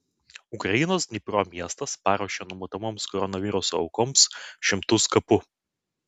ukrainos dnipro miestas paruošė numatomoms koronaviruso aukoms šimtus kapų